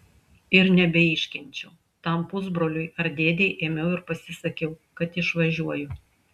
ir nebeiškenčiau tam pusbroliui ar dėdei ėmiau ir pasisakiau kad išvažiuoju